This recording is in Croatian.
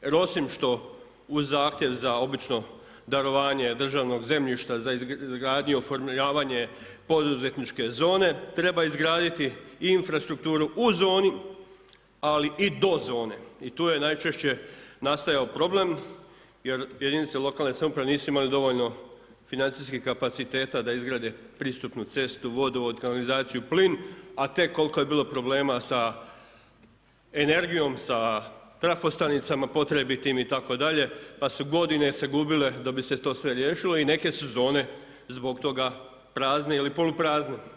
Osim što u zahtjev za obično darovanje državnog zemljišta za izgradnju, oformljavanje poduzetničke zone, treba izgraditi i infrastrukturu u zoni ali i do zone i tu je najčešće nastajao problem jer jedinice lokalne samouprave nisu imale dovoljno financijskih kapaciteta da izgrade pristupnu cestu, vodovod, kanalizaciju, plin a tek koliko je bilo problema sa energijom, sa trafostanicama potrebitim itd., pa su godine se gubile da bi se to sve riješilo i neke su zone zbog toga prazne ili poluprazne.